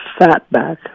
Fatback